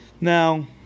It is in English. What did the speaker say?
Now